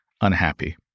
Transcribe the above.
unhappy